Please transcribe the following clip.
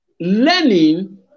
Learning